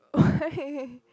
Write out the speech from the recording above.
why